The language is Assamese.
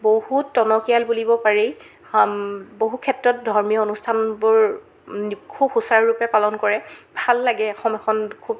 বহুত টনকীয়াল বুলিব পাৰি বহু ক্ষেত্ৰত ধৰ্মীয় অনুষ্ঠানবোৰ খুব সুচাৰুৰূপে পালন কৰে ভাল লাগে এখ এখন খুব